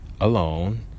alone